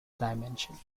dimension